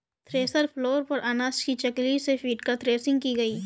thresher floor पर अनाज को चकली से पीटकर थ्रेसिंग की गई